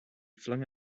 flung